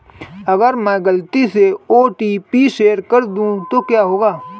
अगर मैं गलती से ओ.टी.पी शेयर कर दूं तो क्या होगा?